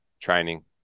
training